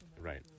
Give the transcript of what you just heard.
right